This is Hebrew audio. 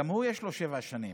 גם לו יש שבע שנים.